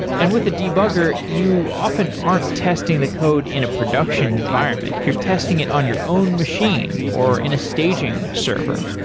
and with the debugger, you often aren't testing the code in a production environment. you're testing it on your own machine or in a staging server.